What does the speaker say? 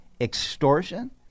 extortion